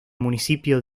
municipio